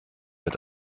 mit